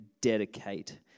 dedicate